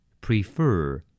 Prefer